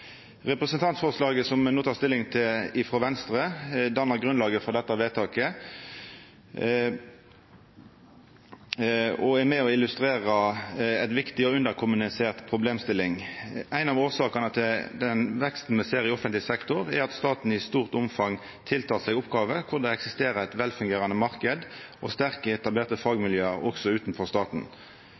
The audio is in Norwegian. Representantforslaget frå Venstre som me no tek stilling til, dannar grunnlaget for dette vedtaket og er med på å illustrera ei viktig og underkommunisert problemstilling. Ei av årsakene til den veksten me ser i offentleg sektor, er at staten i stort omfang tek på seg oppgåver der det eksisterer ein velfungerande marknad og sterke, etablerte fagmiljø utanfor staten.